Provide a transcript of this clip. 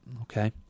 Okay